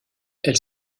elle